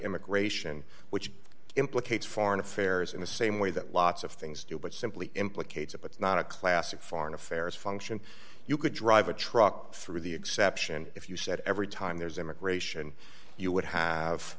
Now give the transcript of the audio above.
immigration which implicates foreign affairs in the same way that lots of things do but simply implicates if it's not a classic foreign affairs function you could drive a truck through the exception if you said every time there's immigration you would